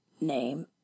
name